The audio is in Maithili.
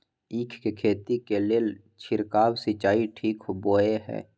ईख के खेती के लेल छिरकाव सिंचाई ठीक बोय ह?